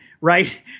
right